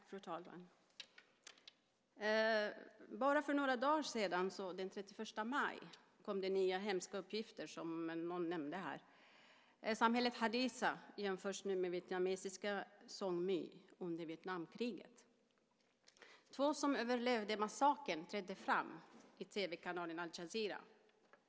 Fru talman! För några dagar sedan, den 31 maj, kom nya hemska uppgifter, som någon nämnde tidigare. Samhället Hadithah jämförs nu med det vietnamesiska Song My under Vietnamkriget. Två som överlevde massakern trädde fram i tv-kanalen al-Jazira.